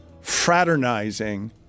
fraternizing